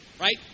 Right